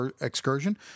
Excursion